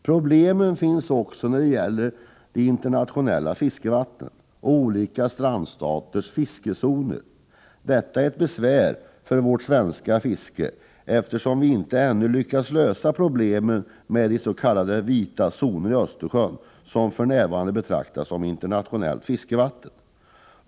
Problem finns också när det gäller de internationella fiskevattnen och olika strandstaters fiskezoner. Detta är ett besvär för vårt svenska fiske, eftersom vi inte ännu lyckats lösa problemet med de s.k. vita zonerna i Östersjön, som för närvarande betraktas som internationellt fiskevatten.